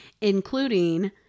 including